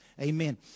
Amen